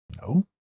No